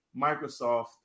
microsoft